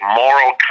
moral